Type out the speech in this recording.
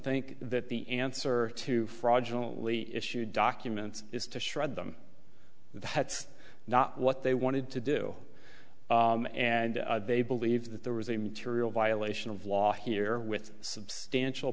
think that the answer to fraudulent lee issued documents is to shred them that's not what they wanted to do and they believe that there was a material violation of law here with substantial